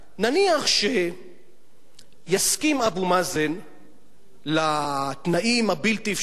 נניח שיסכים אבו מאזן לתנאים הבלתי-אפשריים